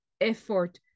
effort